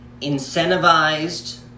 incentivized